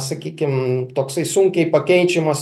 sakykim toksai sunkiai pakeičiamas